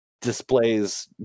displays